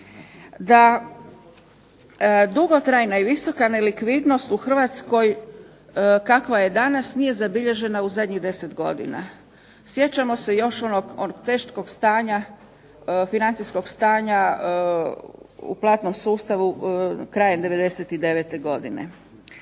Dugotrajna i visoka nelikvidnost u Hrvatskoj kakva je danas nije zabilježena u zadnjih 10 godina. Sjećamo se još onog teškog stanja, financijskog stanja u platnom sustavu krajem '99. godine.